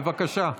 בבקשה.